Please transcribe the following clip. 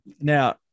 Now